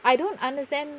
I don't understand